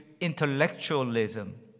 intellectualism